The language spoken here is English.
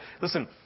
Listen